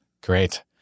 Great